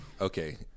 Okay